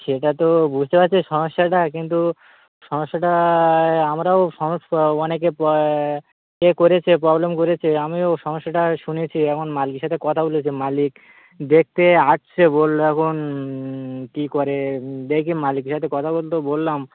সেটা তো বুঝতে পারছি সমস্যাটা কিন্তু সমস্যাটা আমরাও সমস্ অনেকে প এ করেছে প্রবলেম করেছে আমিও সমস্যাটা শুনেছি এখন মালিকের সাথে কথা বলেছি মালিক দেখতে আসছে বলল এখন কী করে দেখি মালিকের সাথে কথা বল তো বললাম